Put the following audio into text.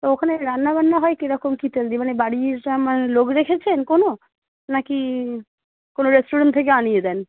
তো ওখানে রান্না বান্না হয় কীরকম কী তেল দিয়ে মানে বাড়ির রা মানে লোক রেখেছেন কোনো না কি কোনো রেস্টুরেন্ট থেকে আনিয়ে দেন